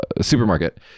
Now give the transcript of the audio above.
supermarket